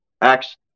Acts